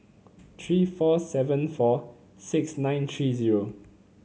three four seven four six nine three zero